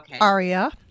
Aria